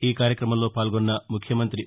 ఈ కార్యక్రమంలో పాల్గొన్న ముఖ్యమంతి వై